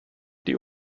die